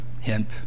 hemp